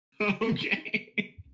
Okay